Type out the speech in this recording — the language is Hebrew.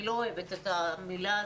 ואני לא אוהבת את המילה הזו.